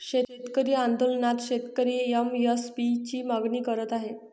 शेतकरी आंदोलनात शेतकरी एम.एस.पी ची मागणी करत आहे